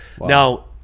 Now